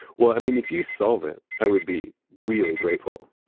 well i mean if you solve it, i would be really grateful.